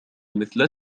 مثل